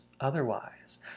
otherwise